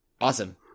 Awesome